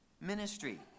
ministry